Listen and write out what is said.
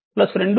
6 2